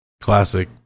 Classic